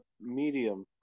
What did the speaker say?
medium